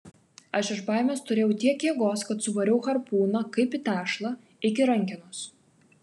aš iš baimės turėjau tiek jėgos kad suvariau harpūną kaip į tešlą iki rankenos